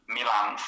Milan